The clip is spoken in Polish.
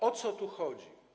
O co tu chodzi?